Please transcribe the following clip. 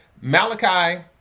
Malachi